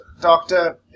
Doctor